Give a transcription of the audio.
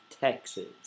Texas